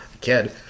kid